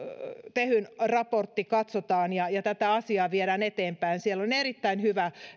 tehyn raportti katsotaan ja ja tätä asiaa viedään eteenpäin siellä on erittäin hyvä